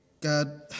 God